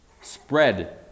spread